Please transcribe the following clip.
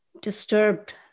disturbed